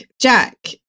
jack